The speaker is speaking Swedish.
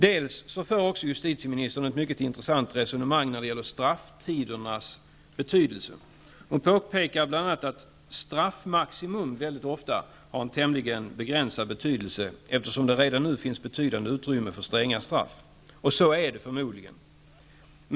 För det andra för justitieministern ett mycket intressant resonemang när det gäller strafftidernas betydelse. Hon påpekar bl.a. att straffmaximum mycket ofta har en tämligen begränsad betydelse, eftersom det redan nu finns betydande utrymme för stränga straff. Så är det förmodligen.